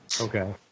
Okay